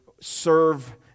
serve